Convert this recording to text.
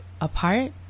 apart